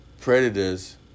predators